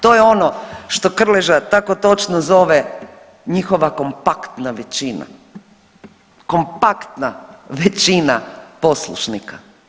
To je ono što Krleža tako točno zove, njihova kompaktna većina, kompaktna većina poslušnika.